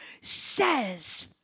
says